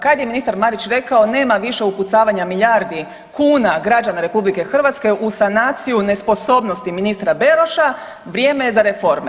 Kad je ministar Marić rekao nema više ukucavanja milijardi kuna građana RH u sanaciju nesposobnosti ministra Beroša, vrijeme je za reforme.